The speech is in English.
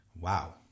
wow